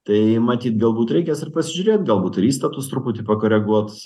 tai matyt galbūt reikės ir pasižiūrėt galbūt ir įstatus truputį pakoreguot